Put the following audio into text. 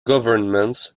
governments